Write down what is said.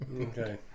Okay